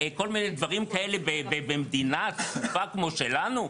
כל מיני דברים כאלה במדינה צפופה כמו שלנו?